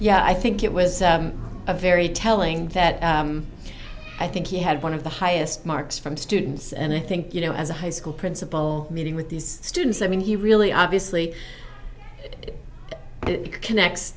yeah i think it was a very telling that i think he had one of the highest marks from students and i think you know as a high school principal meeting with these students i mean he really obviously connects